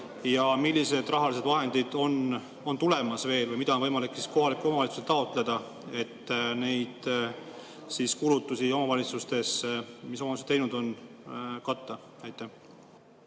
Ja millised rahalised vahendid on tulemas veel või mida on võimalik kohalikul omavalitsusel taotleda, et neid kulutusi omavalitsustes, mis omavalitsused teinud on, katta? Kaja